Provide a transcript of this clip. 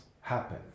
happen